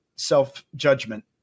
self-judgment